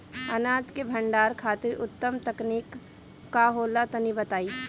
अनाज के भंडारण खातिर उत्तम तकनीक का होला तनी बताई?